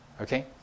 Okay